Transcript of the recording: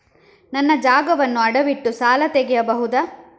ನನ್ನ ಜಾಗವನ್ನು ಅಡವಿಟ್ಟು ಸಾಲ ತೆಗೆಯಬಹುದ?